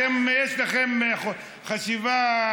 לכם יש חשיבה,